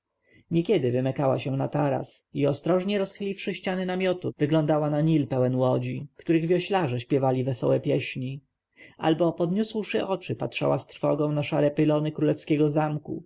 niekiedy wymykała się na taras i ostrożnie rozchyliwszy ściany namiotu wyglądała na nil pełen łodzi których wioślarze śpiewali wesołe pieśni albo podniósłszy oczy patrzyła z trwogą na szare pylony królewskiego zamku